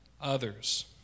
others